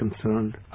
concerned